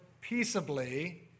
peaceably